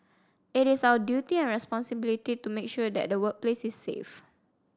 it is our duty and responsibility to make sure that the workplace is safe